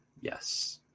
Yes